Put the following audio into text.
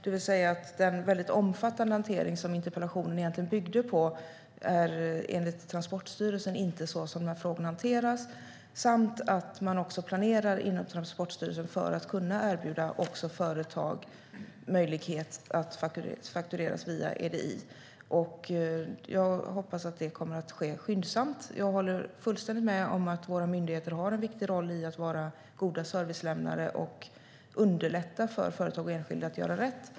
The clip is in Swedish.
Den väldigt omfattande hantering som interpellationen egentligen byggde på ser alltså enligt Transportstyrelsen inte ut så. Man planerar också inom Transportstyrelsen för att kunna erbjuda även företag möjlighet att faktureras via EDI. Jag hoppas att det kommer att ske skyndsamt. Jag håller fullständigt med om att våra myndigheter har en viktig roll i att vara goda servicelämnare och underlätta för företag och enskilda att göra rätt.